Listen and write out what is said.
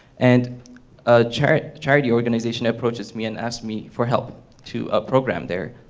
and ah charity charity organization approaches me and asks me for help to ah program their